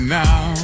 now